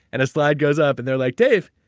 and a slide goes up and they're like, dave,